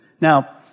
Now